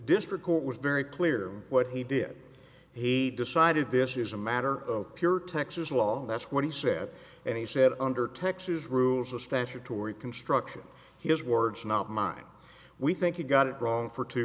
court was very clear what he did he decided this is a matter of pure texas law that's what he said and he said under texas rules the statutory construction his words not mine we think he got it wrong for two